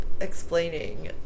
explaining